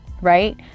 right